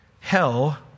Hell